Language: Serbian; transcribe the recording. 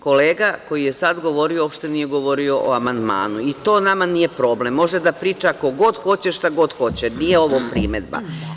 Kolega koji je sad govorio uopšte nije govorio o amandmanu, i to nama nije problem, može da priča ko god hoće i šta god hoće, nije ovo primedba.